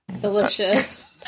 Delicious